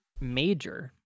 major